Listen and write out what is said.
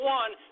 one